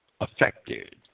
affected